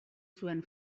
zuen